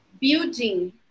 building